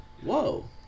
Whoa